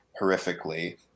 horrifically